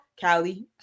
Callie